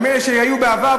עם אלה שהיו בעבר,